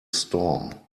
storm